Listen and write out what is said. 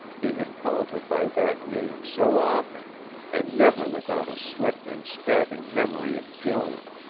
he had called her by that name so often and never without a swift and stabbing memory of joan,